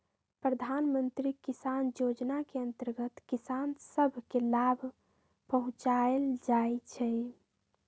प्रधानमंत्री किसान जोजना के अंतर्गत किसान सभ के लाभ पहुंचाएल जाइ छइ